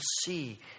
see